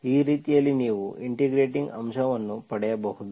ಆದ್ದರಿಂದ ಈ ರೀತಿಯಲ್ಲಿ ನೀವು ಇಂಟಿಗ್ರೇಟಿಂಗ್ ಅಂಶವನ್ನು ಪಡೆಯಬಹುದು